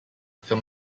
film